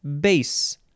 base